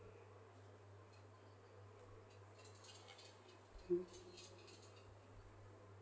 mm